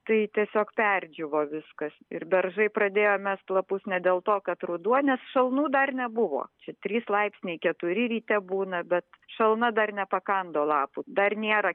tai tiesiog perdžiūvo viskas ir beržai pradėjo mest lapus ne dėl to kad ruduo nes šalnų dar nebuvo čia trys laipsniai keturi ryte būna bet šalna dar nepakando lapų dar nėra